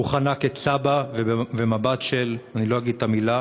הוא חנק את סבא, ובמבט של, אני לא אגיד את המילה,